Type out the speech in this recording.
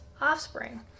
offspring